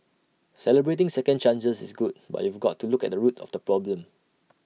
celebrating second chances is good but you've got to look at the root of the problem